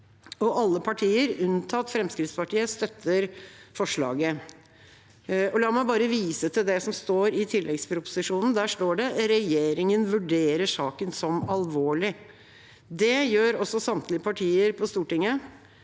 Alle partier unntatt Fremskrittspartiet støtter forslaget. La meg bare vise til det som står i tilleggsproposisjonen: «Regjeringen vurderer denne saken som alvorlig.» Det gjør også samtlige partier på Stortinget.